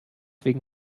wegen